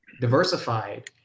diversified